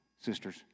sisters